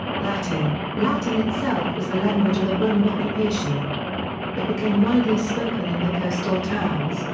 latin latin itself was the language of the roman occupation it became widely spoken in the coastal towns,